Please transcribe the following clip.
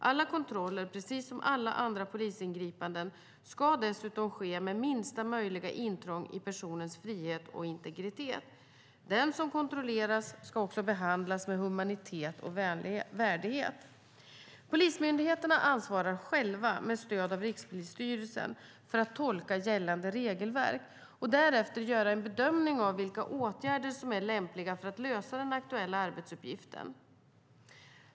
Alla kontroller, precis som alla andra polisingripanden, ska dessutom ske med minsta möjliga intrång i personens frihet och integritet, och den som kontrolleras ska också behandlas med humanitet och värdighet. Polismyndigheterna ansvarar själva, med stöd av Rikspolisstyrelsen, för att tolka gällande regelverk och därefter göra en bedömning av vilka åtgärder som är lämpliga för att lösa den aktuella arbetsuppgiften.